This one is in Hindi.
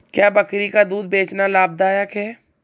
क्या बकरी का दूध बेचना लाभदायक है?